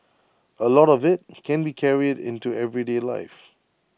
A lot of IT can be carried into everyday life